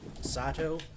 Sato